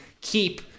keep